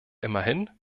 immerhin